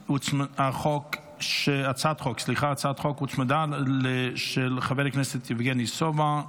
הוצמדה הצעת חוק של חבר הכנסת יבגני סובה.